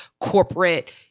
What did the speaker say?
corporate